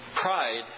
Pride